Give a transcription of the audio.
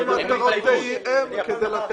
הם עומדים במטרות שלהם כדי לתת.